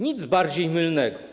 Nic bardziej mylnego.